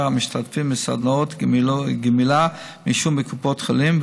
המשתתפים בסדנאות גמילה מעישון בקופות חולים,